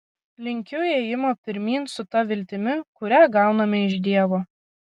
linkiu ėjimo pirmyn su ta viltimi kurią gauname iš dievo